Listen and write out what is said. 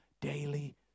daily